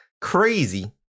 crazy